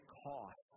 cost